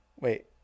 Wait